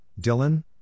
Dylan